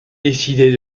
décider